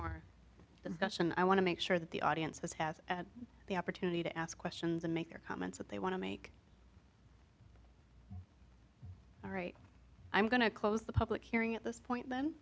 more than question i want to make sure that the audience has the opportunity to ask questions and make their comments that they want to make all right i'm going to close the public hearing at this point then